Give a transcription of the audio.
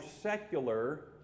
secular